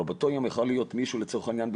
באותו יום יכול היה מישהו לצורך העניין להיות